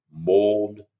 mold